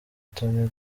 tonny